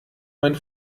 mein